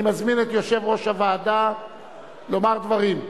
אני מזמין את יושב-ראש הוועדה לומר דברים.